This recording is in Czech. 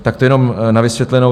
To jenom na vysvětlenou.